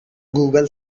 google